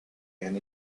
and